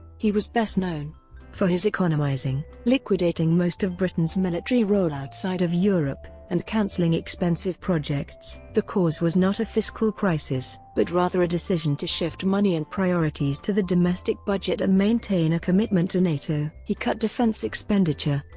he was best known for his economising, liquidating most of britain's military role outside of europe, and canceling expensive projects. the cause was not a fiscal crisis, but rather a decision to shift money and priorities to the domestic budget and maintain a commitment to nato. he cut defence expenditure,